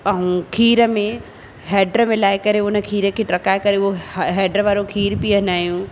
ऐं खीर में हैडु मिलाए करे उन खीर खे टहिकाए करे उहो हैड वारो खीर पीअंदा आहियूं